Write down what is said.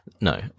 No